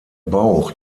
bauch